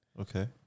Okay